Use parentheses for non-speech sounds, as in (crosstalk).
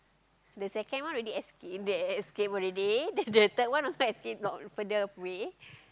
the second one already escape they escaped already (laughs) then the third a one also escape not further away